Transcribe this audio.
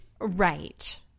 Right